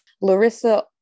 Larissa